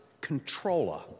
controller